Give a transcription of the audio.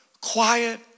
quiet